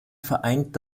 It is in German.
vereint